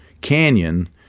canyon